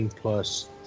plus